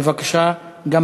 בבקשה.